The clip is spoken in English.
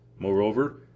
Moreover